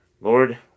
Lord